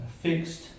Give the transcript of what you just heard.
fixed